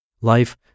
Life